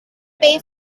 pay